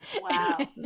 Wow